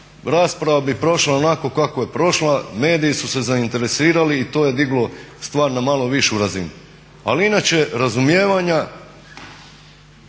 rasprava bi prošla onako kako je prošla. Mediji su se zainteresirali i to je diglo stvar na malo višu razinu. Ali inače razumijevanja